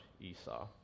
Esau